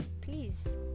please